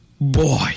boy